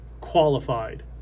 qualified